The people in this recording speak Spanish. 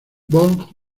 björk